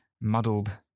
muddled